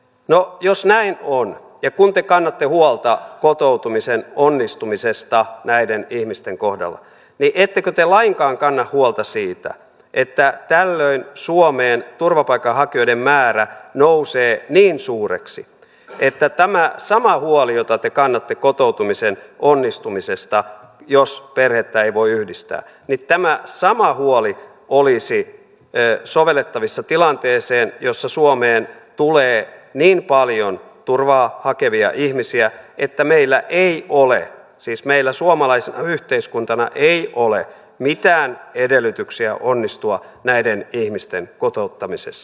no jos näin on ja kun te kannatte huolta kotoutumisen onnistumisesta näiden ihmisten kohdalla niin ettekö te lainkaan kanna huolta siitä että tällöin suomen turvapaikanhakijoiden määrä nousee niin suureksi että tämä sama huoli jota te kannatte kotoutumisen onnistumisesta jos perhettä ei voi yhdistää olisi sovellettavissa tilanteeseen jossa suomeen tulee niin paljon turvaa hakevia ihmisiä että meillä ei ole siis meillä suomalaisena yhteiskuntana ei ole mitään edellytyksiä onnistua näiden ihmisten kotouttamisessa